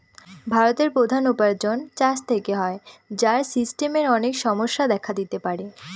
ভারতের প্রধান উপার্জন চাষ থেকে হয়, যার সিস্টেমের অনেক সমস্যা দেখা দিতে পারে